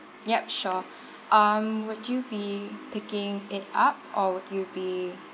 yup sure um would you be picking it up or would you be